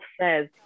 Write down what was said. says